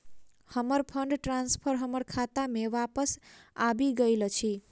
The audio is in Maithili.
हमर फंड ट्रांसफर हमर खाता मे बापस आबि गइल अछि